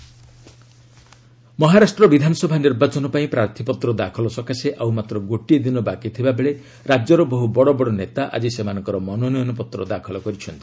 Maharashtra election Maharashtra ବିଧାନସଭା ନିର୍ବାଚନ ପାଇଁ ପ୍ରାର୍ଥୀପତ୍ର ଦାଖଲ ସକାଶେ ଆଉ ମାତ୍ର ଗୋଟିଏ ଦିନ ବାକି ଥିବାବେଳେ ରାଜ୍ୟର ବହୁ ବଡ଼ ବଡ଼ ନେତା ଆକି ସେମାନଙ୍କର ମନୋନୟନପତ୍ର ଦାଖଲ କରିଛନ୍ତି